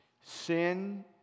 Sin